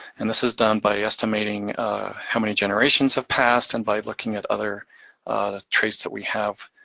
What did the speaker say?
and this is done by estimating how many generations have passed, and by looking at other traits that we have,